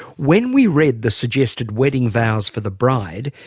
when we read the suggested wedding vows for the bride,